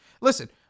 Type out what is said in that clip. Listen